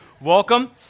welcome